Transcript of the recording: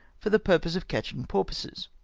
for the purpose of catching porpoises.